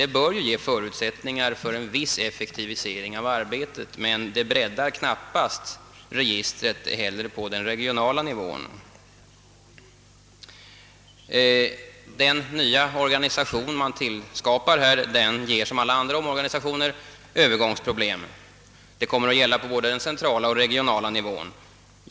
Det bör ju ge förutsättningar för en viss effektivisering av arbetet, men det breddar knappast registret på den regionala nivån. Den nya organisation man skapar ger som alla andra omorganisationer Öövergångsproblem. Detta gäller både den centrala och den regionala nivån.